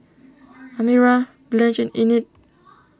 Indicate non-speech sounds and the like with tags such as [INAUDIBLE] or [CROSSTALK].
[NOISE] Amira Blanch and Enid